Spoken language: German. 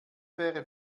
wäre